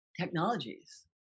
technologies